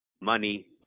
money